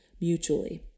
mutually